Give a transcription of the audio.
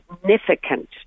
significant